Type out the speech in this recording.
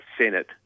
Senate